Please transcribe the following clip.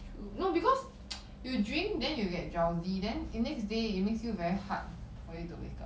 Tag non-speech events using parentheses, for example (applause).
true you know because (noise) you drink then you get drowsy then next day it makes you very hard for you to wake up